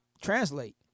translate